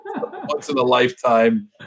once-in-a-lifetime